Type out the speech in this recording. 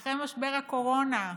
אחרי משבר הקורונה,